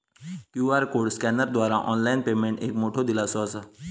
QR code स्कॅनरद्वारा online payment एक मोठो दिलासो असा